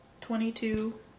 twenty-two